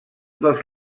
dels